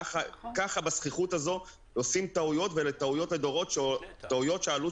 ככה בזחיחות הזאת עושים טעויות לדורות שהעלות